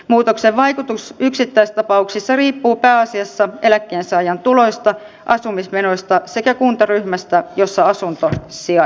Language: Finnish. muutoksen vaikutus yksittäistapauksissa riippuu pääasiassa eläkkeensaajan tuloista asumismenoista sekä kuntaryhmästä jossa asunto sijaitsee